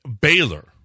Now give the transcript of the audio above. Baylor